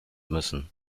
müssen